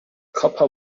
copper